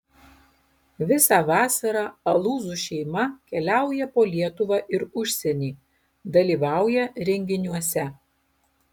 visą vasarą alūzų šeima keliauja po lietuvą ir užsienį dalyvauja renginiuose